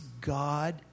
God